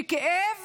שכאב